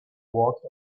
walked